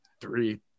three